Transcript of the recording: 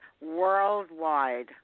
worldwide